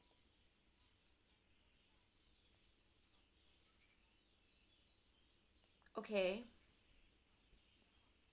okay